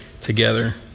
together